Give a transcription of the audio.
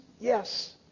Yes